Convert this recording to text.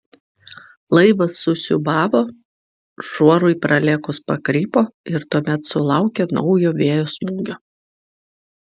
laivas susiūbavo šuorui pralėkus pakrypo ir tuomet sulaukė naujo vėjo smūgio